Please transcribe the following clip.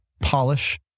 polish